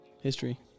history